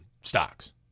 stocks